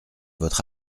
votre